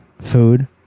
food